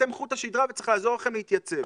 אתם חוט השדרה וצריך לעזור לכם להתייצב.